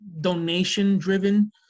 donation-driven